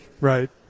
Right